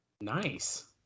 Nice